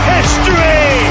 History